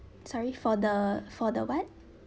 sorry for the for the what